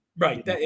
Right